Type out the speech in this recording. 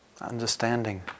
Understanding